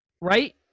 right